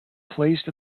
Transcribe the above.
placed